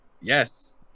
Yes